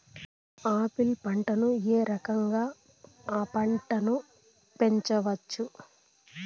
Apple పంటను ఏ రకంగా అ పంట ను పెంచవచ్చు?